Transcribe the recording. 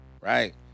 right